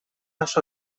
las